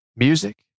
Music